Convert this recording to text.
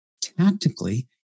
tactically